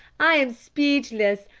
i am speechless!